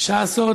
בשעה זו,